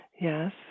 yes